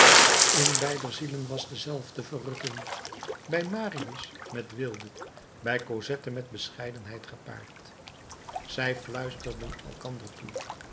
in beider zielen was dezelfde verrukking bij marius met weelde bij cosette met bescheidenheid gepaard zij fluisterden elkander toe